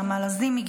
נעמה לזימי,